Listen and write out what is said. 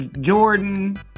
Jordan